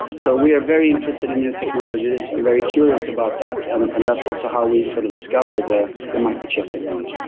so we are very interested in new technologies and very curious about that, and and that's also how we sort of discovered the the microchip technology.